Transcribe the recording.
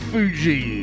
Fuji